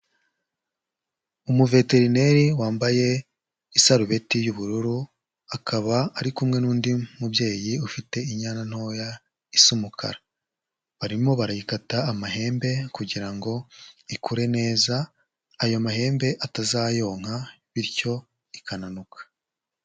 Umuveterineri wambaye isarubeti y'ubururu akaba ari kumwe n'undi mubyeyi ufite inyana ntoya isa umukara, barimo barayikata amahembe kugira ngo ikure neza ayo mahembe atazayonka bityo ikananuka.